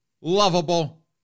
lovable